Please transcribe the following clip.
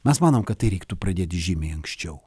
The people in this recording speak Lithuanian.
mes manom kad tai reiktų pradėti žymiai anksčiau